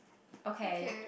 okay